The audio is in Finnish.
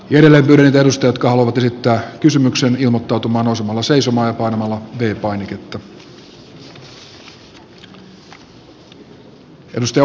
ylemmät ennustajat kalvot esittää kysymyksen ilmottautumaan osumalla seisomaan vanhalle arvoisa puhemies